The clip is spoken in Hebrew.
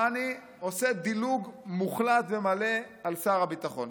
יעני, עושה דילוג מוחלט ומלא על שר הביטחון.